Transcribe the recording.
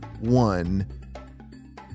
one